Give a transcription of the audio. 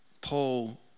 Paul